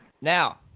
Now